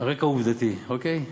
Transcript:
הרקע העובדתי, אוקיי?